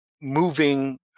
moving